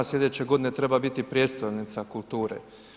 Sljedeće godine treba biti prijestolnica kulture.